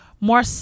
more